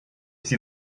see